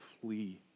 flee